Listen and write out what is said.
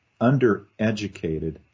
undereducated